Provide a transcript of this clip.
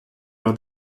leur